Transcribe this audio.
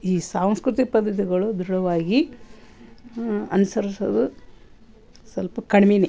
ಈ ಸಾಂಸ್ಕೃತಿಕ ಪದ್ಧತಿಗಳು ದೃಢವಾಗಿ ಅನುಸರ್ಸೋದು ಸ್ವಲ್ಪ ಕಡ್ಮೆನೇ